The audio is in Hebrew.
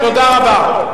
תודה רבה.